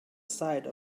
side